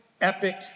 epic